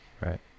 Right